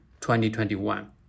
2021